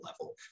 level